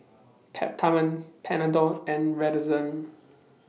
Peptamen Panadol and Redoxon